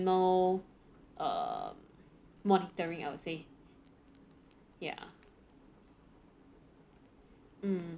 err monitoring I would say ya mm